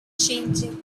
changing